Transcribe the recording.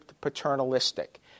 paternalistic